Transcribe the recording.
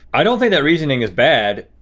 i don't think that reasoning is bad.